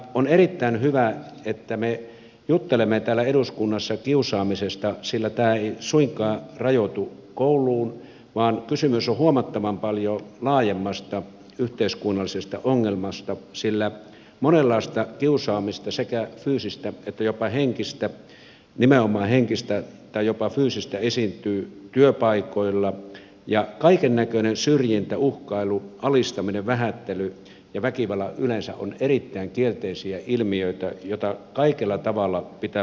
on erittäin hyvä että me juttelemme täällä eduskunnassa kiusaamisesta sillä tämä ei suinkaan rajoitu kouluun vaan kysymys on huomattavan paljon laajemmasta yhteiskunnallisesta ongelmasta sillä monenlaista kiusaamista nimenomaan henkistä tai jopa fyysistä esiintyy työpaikoilla ja kaikennäköinen syrjintä uhkailu alistaminen vähättely ja väkivalta yleensä ovat erittäin kielteisiä ilmiöitä joita kaikella tavalla pitää pyrkiä poistamaan